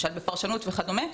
למשל בפרשנות וכדומה,